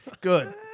Good